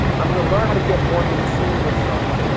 i'm going to learn how to get more in tune with someone.